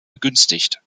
begünstigt